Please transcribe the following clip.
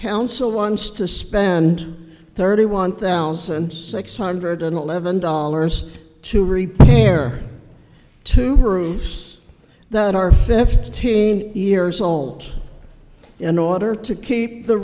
council wants to spend thirty one thousand six hundred and eleven dollars to repair two roofs that are fifteen years old in order to keep the